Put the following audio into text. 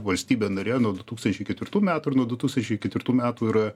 valstybė narė nuo du tūkstančiai ketvirtų metų ir nuo du tūkstančiai ketvirtų metų yra